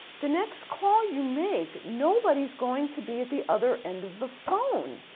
the next call you make nobody's going to be at the other end of the phone.